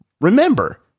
remember